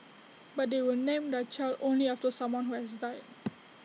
but they will name their child only after someone who has died